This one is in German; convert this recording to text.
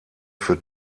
für